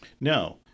Now